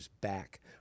back